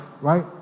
Right